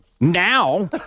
Now